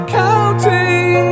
counting